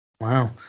Wow